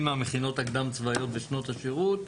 מהמכינות הקדם צבאיות בשנות השירות.